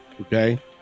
okay